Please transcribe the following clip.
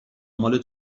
مال